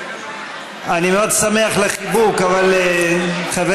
אני מאוד שמח על החיבוק, אבל חברים.